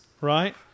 right